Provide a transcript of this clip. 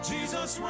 Jesus